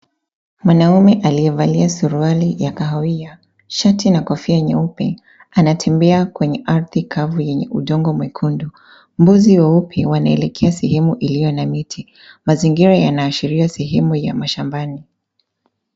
Mwanaume aliyevalia suruali ya kahawia, shati na kofia nyeupe anatembea kwenye ardhi kavu yenye udongo mwekundu. Mbuzi weupe wanaelekea sehemu iliyo na miti. Mazingira yanaashiria sehemu ya mashambani.